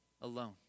alone